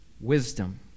wisdom